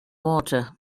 water